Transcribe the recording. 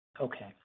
Okay